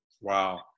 Wow